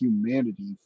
humanity